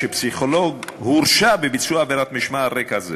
שפסיכולוג הורשע בביצוע עבירת משמעת על רקע זה.